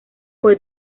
fue